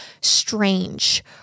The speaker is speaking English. strange